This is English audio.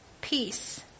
Peace